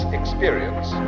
experience